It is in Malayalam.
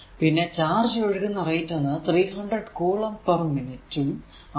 പിന്നെ ചാർജ് ഒഴുകുന്ന റേറ്റ് എന്നത് 300 കുളം പേർ മിനിറ്റ് ഉം ആണ്